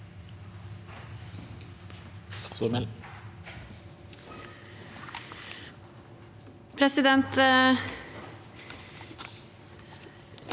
Presidenten